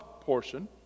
portion